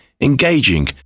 engaging